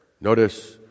Notice